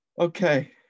Okay